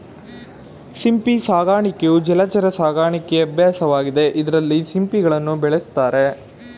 ಸಿಂಪಿ ಸಾಕಾಣಿಕೆಯು ಜಲಚರ ಸಾಕಣೆ ಅಭ್ಯಾಸವಾಗಿದೆ ಇದ್ರಲ್ಲಿ ಸಿಂಪಿಗಳನ್ನ ಬೆಳೆಸ್ತಾರೆ